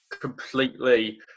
completely